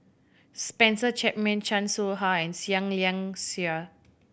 Spencer Chapman Chan Soh Ha and Seah Liang Seah